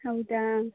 ಹೌದಾ